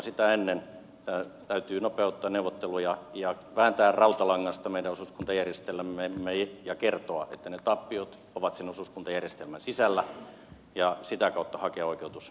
sitä ennen täytyy nopeuttaa neuvotteluja ja vääntää rautalangasta meidän osuuskuntajärjestelmämme ja kertoa että ne tappiot ovat sen osuuskuntajärjestelmän sisällä ja sitä kautta hakea oikeutus nopealle tuelle